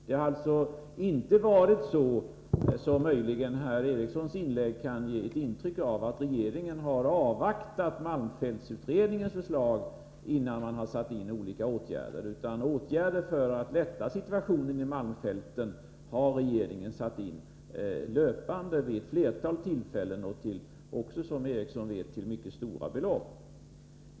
Det har alltså inte varit så som möjligen herr Erikssons inlägg kan ge ett intryck av, att regeringen har avvaktat malmfältsutredningens förslag innan man har satt in olika åtgärder, utan åtgärder för att lätta situationen i malmfälten har regeringen löpande satt in vid ett flertal tillfällen och till mycket stora belopp, som herr Eriksson också vet.